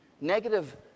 negative